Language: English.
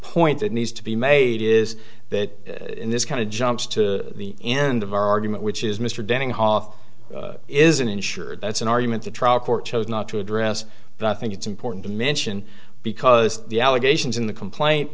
point that needs to be made is that in this kind of jumps to the end of our argument which is mr denning hoff isn't insured that's an argument the trial court chose not to address but i think it's important to mention because the allegations in the complaint